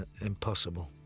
impossible